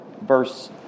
verse